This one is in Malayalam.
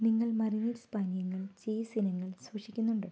നിങ്ങൾ മറിനേഡ്സ് പാനീയങ്ങൾ ചീസ് ഇനങ്ങൾ സൂക്ഷിക്കുന്നുണ്ടോ